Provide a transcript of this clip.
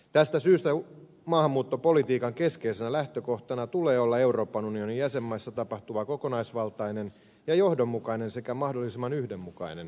tästä syystä maahanmuuttopolitiikan keskeisenä lähtökohtana tulee olla euroopan unionin jäsenmaissa tapahtuva kokonaisvaltainen ja johdonmukainen sekä mahdollisimman yhdenmukainen toiminta